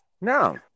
No